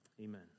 Amen